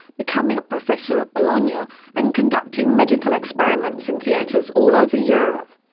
becoming a professor at bologna ah and conducting medical experiments in theatres all over europe,